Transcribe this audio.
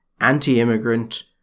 anti-immigrant